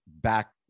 back